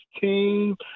team